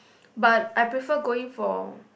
but I prefer going for